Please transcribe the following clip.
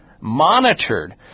monitored